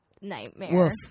Nightmare